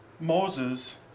Moses